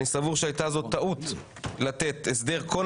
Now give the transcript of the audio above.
אני סבור שהייתה זאת טעות לתת הסדר כה